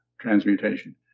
transmutation